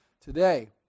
today